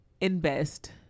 invest